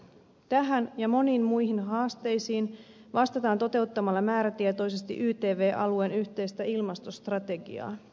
tähän ja moniin muihin haasteisiin vastataan toteuttamalla määrätietoisesti ytv alueen yhteistä ilmastostrategiaa